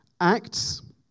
Acts